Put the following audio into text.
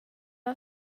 hai